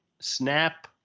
Snap